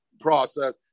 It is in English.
process